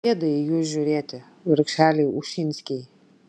gėda į jus žiūrėti vargšeliai ušinskiai